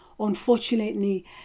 Unfortunately